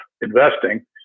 investing